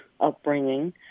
upbringing